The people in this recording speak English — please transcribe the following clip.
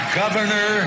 governor